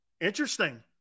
Interesting